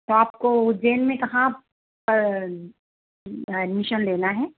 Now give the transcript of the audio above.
तो आपको उज्जैन में कहाँ पर एडमिशन लेना है